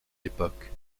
époque